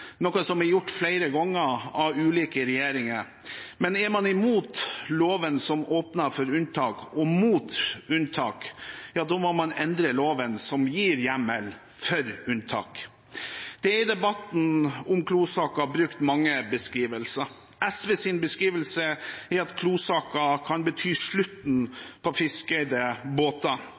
noe som er gjort flere ganger av ulike regjeringer – men er man imot loven som åpner for unntak, og mot unntak, må man endre loven som gir hjemmel for unntak. Det er i debatten om Klo-saken brukt mange beskrivelser. SVs beskrivelse er at Klo-saken kan bety slutten på fiskereide båter.